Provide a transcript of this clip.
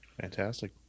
fantastic